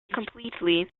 completely